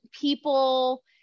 people